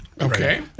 Okay